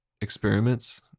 experiments